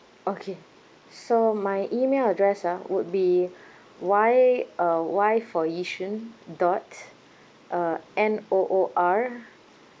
okay so my email address ah would be Y uh Y for yishun dot uh N_O_O_R